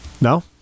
No